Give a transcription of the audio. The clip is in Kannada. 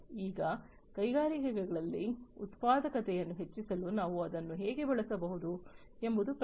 ಈಗ ಕೈಗಾರಿಕೆಗಳಲ್ಲಿ ಉತ್ಪಾದಕತೆಯನ್ನು ಹೆಚ್ಚಿಸಲು ನಾವು ಅದನ್ನು ಹೇಗೆ ಬಳಸಬಹುದು ಎಂಬುದು ಪ್ರಶ್ನೆ